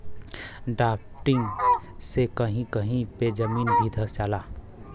drafting से कही कही पे जमीन भी धंस जाला